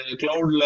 cloud